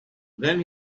then